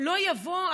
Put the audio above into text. לא יבוא?